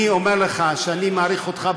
אני אומר לך שאני מעריך אותך,